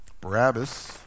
Barabbas